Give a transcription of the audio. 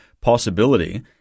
possibility